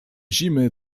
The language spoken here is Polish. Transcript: zimy